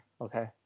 Okay